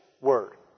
word